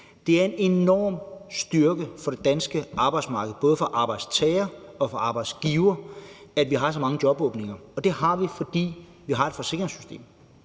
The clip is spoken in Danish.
Det er en enorm styrke for det danske arbejdsmarked, både for arbejdstagerne og for arbejdsgiverne, at vi har så mange jobåbninger, og det har vi, fordi vi har et forsikringssystem.